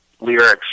lyrics